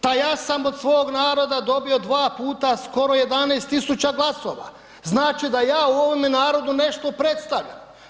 Ta ja sam od svog naroda dobio dva puta skoro 11 tisuća glasova, znači da ja u ovome narodu nešto predstavljam.